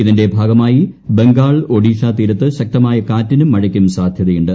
ഇതിന്റെ ഭാഗമായി ബംഗാൾ ഒഡീഷ തീരത്ത് ശക്തമായ കാറ്റിനും മഴയ്ക്കും സാധ്യതയുണ്ട്